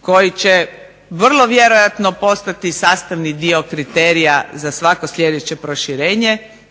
koji će vrlo vjerojatno postati sastavni dio kriterija za svako sljedeće proširenje